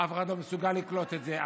אף אחד לא מסוגל לקלוט את זה.